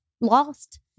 lost